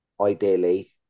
Ideally